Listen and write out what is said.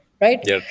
right